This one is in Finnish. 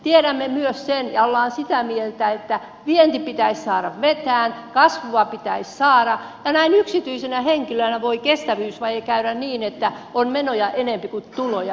tiedämme myös sen ja olemme sitä mieltä että vienti pitäisi saada vetämään kasvua pitäisi saada ja yksityiselle henkilölle voi kestävyysvaje tulla niin että on menoja enempi kuin tuloja